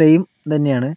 same ഇത് തന്നെയാണ്